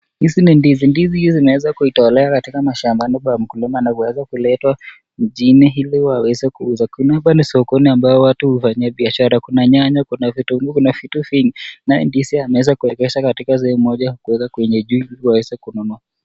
Hizi ni ndizi. Ndizi hizi zinaweza kuitolewa katika mashambani pa mkulima na kuweza kuletwa mjini ili waweze kuuza. Kunao pale sokoni ambao watu hufanyia biashara. Kuna nyanya, kuna vitunguu kuna vitu vingi naye ndizi ameweza kuwekezwa katika sehemu moja kwenye juu ili waweze kuinunua.